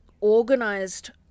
organized